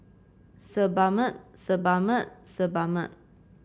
Sebamed Sebamed Sebamed